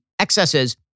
excesses